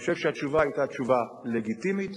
אני חושב שהתשובה היתה תשובה לגיטימית,